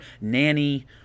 Nanny